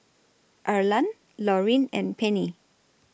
Arlan Lauryn and Pennie